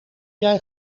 jij